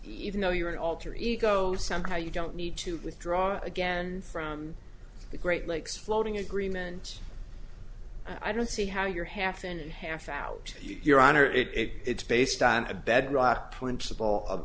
even though you are an alter ego somehow you don't need to withdraw again from the great lakes floating agreements i don't see how your half and half hours your honor it if it's based on a bedrock principle of